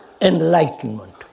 enlightenment